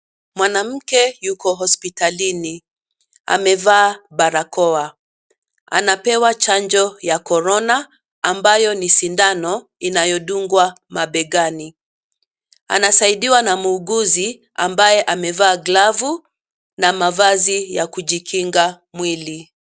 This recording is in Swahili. Mwanamke yuko hospitalini, amevaa barakoa, anapewa chanjo ya Korona ambayo ni sindano inayodungwa mabegani, anasaidiwa na muuguzi ambaye amevaa glavu na mavazi ya kujikinga mwili.